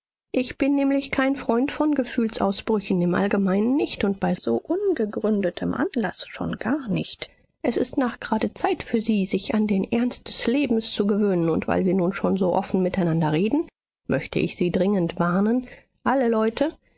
ich bin nämlich kein freund von gefühlsausbrüchen im allgemeinen nicht und bei so ungegründetem anlaß schon gar nicht es ist nachgerade zeit für sie sich an den ernst des lebens zu gewöhnen und weil wir nun schon so offen miteinander reden möchte ich sie dringend warnen alle leute